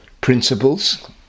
principles